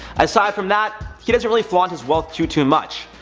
aside from that, he doesn't really flaunt his wealth too too much.